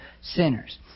sinners